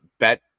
bet